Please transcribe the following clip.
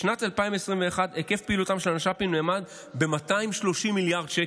לשנת 2021 היקף פעילותם של הנש"פים נאמד ב-230 מיליארד שקל.